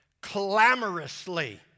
Clamorously